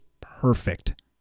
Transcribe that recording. perfect